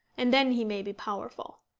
and then he may be powerful.